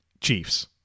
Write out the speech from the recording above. Chiefs